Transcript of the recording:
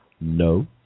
No